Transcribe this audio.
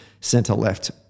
centre-left